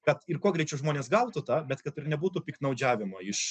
kad ir kuo greičiau žmonės gautų tą bet kad ir nebūtų piktnaudžiavimo iš